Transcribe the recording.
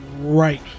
Right